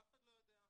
ואף אחד לא יודע,